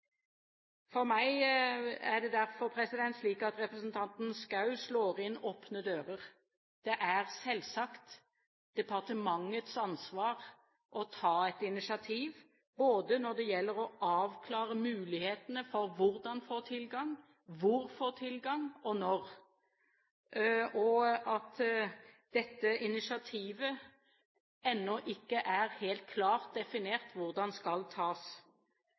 For meg er det derfor slik at representanten Schou slår inn åpne dører. Det er selvsagt departementets ansvar å ta et initiativ når det gjelder å avklare mulighetene for hvordan få tilgang, hvor få tilgang og når. Det er ennå ikke helt klart definert hvordan dette initiativet skal tas.